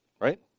Right